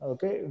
Okay